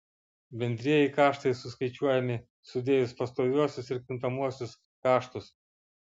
bendrieji kaštai suskaičiuojami sudėjus pastoviuosius ir kintamuosius kaštus